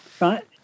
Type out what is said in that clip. Right